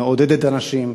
מעודדת אנשים.